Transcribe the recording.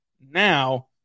Now